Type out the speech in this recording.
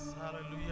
Hallelujah